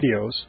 videos